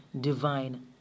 divine